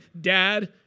dad